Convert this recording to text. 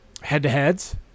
head-to-heads